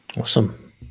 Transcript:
Awesome